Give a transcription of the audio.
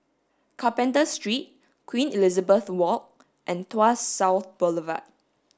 Carpenter Street Queen Elizabeth Walk and Tuas South Boulevard